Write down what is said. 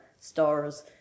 stars